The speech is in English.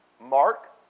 Mark